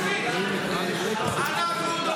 אנחנו,